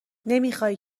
نمیخای